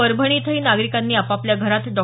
परभणी इथंही नागरिकांनी आपापल्या घरात डॉ